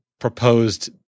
proposed